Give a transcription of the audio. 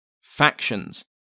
Factions